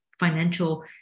financial